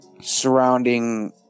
surrounding